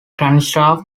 crankshaft